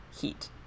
heat